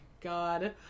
god